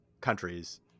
countries